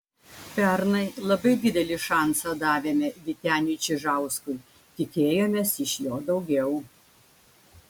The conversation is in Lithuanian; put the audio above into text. pernai labai didelį šansą davėme vyteniui čižauskui tikėjomės iš jo daugiau